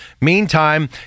Meantime